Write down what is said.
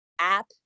app